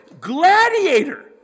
Gladiator